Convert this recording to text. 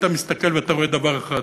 אתה מסתכל ואתה רואה דבר אחד: